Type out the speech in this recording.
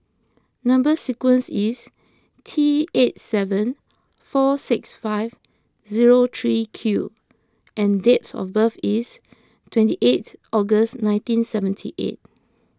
Number Sequence is T eight seven four six five zero three Q and dates of birth is twenty eight August nineteen seventy eight